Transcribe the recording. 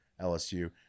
LSU